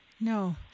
No